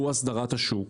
והוא אסדרת השוק.